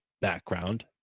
background